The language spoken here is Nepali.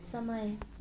समय